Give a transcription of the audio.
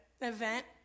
event